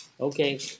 okay